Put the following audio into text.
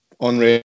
unreal